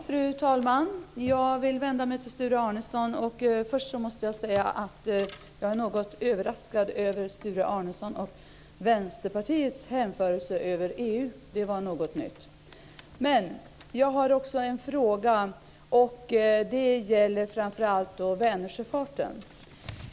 Fru talman! Först vill jag säga att jag är något överraskad över Sture Arnessons och Vänsterpartiets hänförelse över EU. Det var något nytt. Jag har också en fråga, och den gäller Vänersjöfarten.